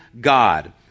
God